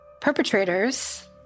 perpetrators